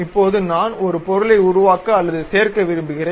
இப்போது நான் ஒரு பொருளை உருவாக்க அல்லது சேர்க்க விரும்புகிறேன்